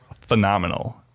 phenomenal